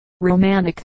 romantic